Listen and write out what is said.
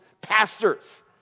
pastors